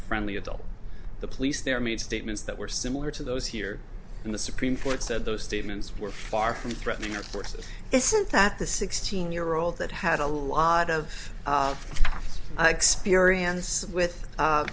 friendly adult the police there made statements that were similar to those here in the supreme court said those statements were far from threatening our forces isn't that the sixteen year old that had a lot of experience with